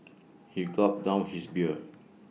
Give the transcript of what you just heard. he gulped down his beer